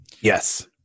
Yes